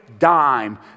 dime